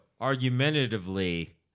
argumentatively